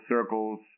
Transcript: circles